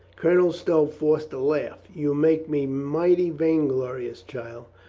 colonel stow forced a laugh. you make me mighty vain-glorious, child.